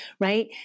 right